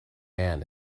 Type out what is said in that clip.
man